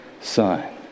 son